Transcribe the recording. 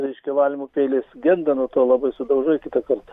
reiškia valymo peilis genda nuo to labai sudaužai kitą kartą